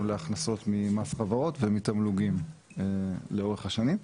להכנסות ממס חברות ומתמלוגים לאורך השנים.